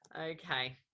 Okay